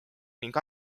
ning